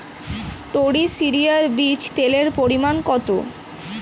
টরি সরিষার বীজে তেলের পরিমাণ কত?